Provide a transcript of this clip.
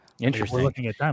interesting